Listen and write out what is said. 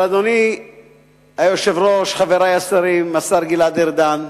אבל, אדוני היושב-ראש, חברי השרים, השר גלעד ארדן,